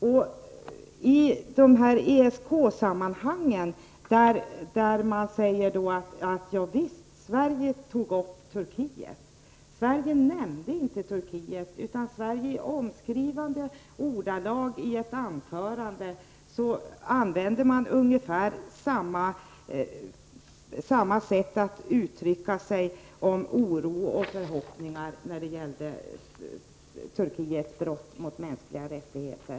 Man säger att Sverige tog upp frågan om Turkiet i ESK-sammanhang. Men Sverige nämnde inte Turkiet, utan det skedde i omskrivande ordalag i ett anförande som på ungefär samma sätt uttryckte oro och förhoppningar när det gällde Turkiets brott mot mänskliga rättigheter.